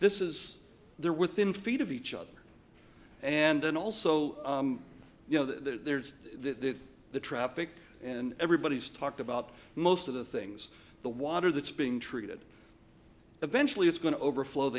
this is there within feet of each other and then also you know there's that the traffic and everybody's talked about most of the things the water that's being treated eventually is going to overflow